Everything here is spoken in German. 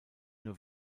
nur